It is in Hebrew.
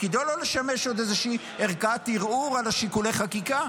תפקידו לא לשמש עוד איזה ערכאת ערעור על שיקולי החקיקה,